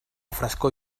frescor